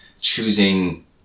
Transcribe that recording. choosing